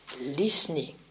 Listening